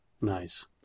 Nice